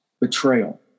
betrayal